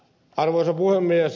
arvoisa puhemies